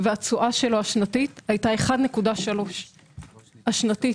והתשואה שלו השנתית הייתה 1.3. השנתית.